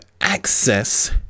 access